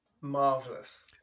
marvelous